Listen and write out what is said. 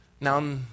Now